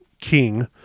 king